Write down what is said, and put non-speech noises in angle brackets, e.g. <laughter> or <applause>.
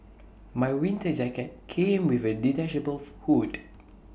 my winter jacket came with A detachable <noise> hood